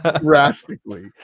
drastically